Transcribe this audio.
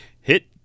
Hit